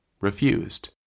refused